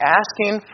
asking